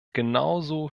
genauso